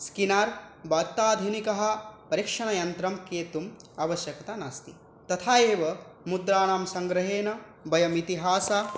स्कीनार् अत्याधुनिकः परीक्षणयन्त्रं क्रेतुम् आवश्यकता नास्ति तथा एव मुद्राणां सङ्ग्रहेण वयम् इतिहास